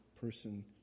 person